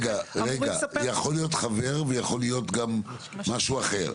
יכול להיות חבר, ויכול להיות גם משהו אחר.